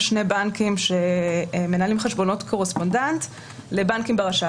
יש שני בנקים שמנהלים חשבונות קורספונדנט לבנקים ברש"פ.